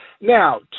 Now